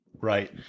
Right